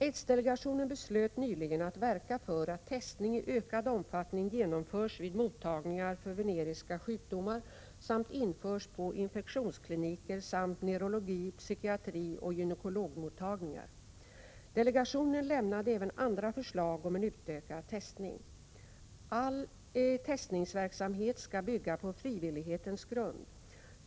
Aidsdelegationen beslöt nyligen att verka för att testning i ökad omfattning genomförs vid mottagningar för veneriska sjukdomar samt införs på infektionskliniker samt neurologi-, psykiatrioch gynekologmottagningar. Delegationen lämnade även andra förslag om en utökad testning. All testningsverksamhet 110 skall bygga på frivillighetens grund.